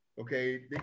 Okay